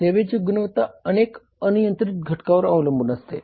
सेवेची गुणवत्ता अनेक अनियंत्रित घटकांवर अवलंबून असते